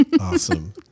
Awesome